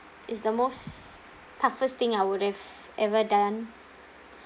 it's the most toughest thing I would have ever done